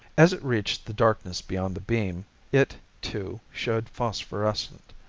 as it reached the darkness beyond the beam it, too, showed phosphorescent.